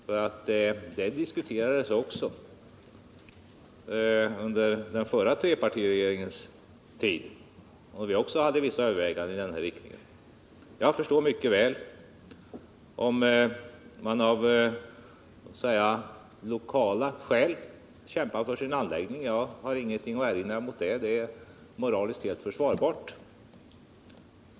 Den saken diskuterades också under den förra trepartiregeringens tid, då vi hade vissa överväganden i den riktningen. Jag förstår mycket väl att man av så att säga lokala skäl kämpar för sin anläggning. Jag har ingenting att erinra mot det — det är moraliskt helt försvarligt.